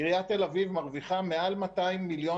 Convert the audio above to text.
עיריית תל אביב מרוויחה מעל 200 מיליון